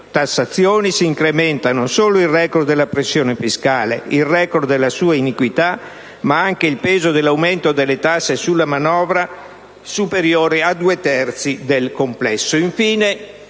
altre tassazioni, si incrementa non solo il *record* della pressione fiscale, il *record* della sua iniquità, ma anche il peso dell'aumento delle tasse sulla manovra, superiore a due terzi del suo complesso.